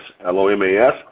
L-O-M-A-S